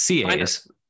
CAs